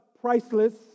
priceless